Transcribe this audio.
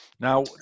Now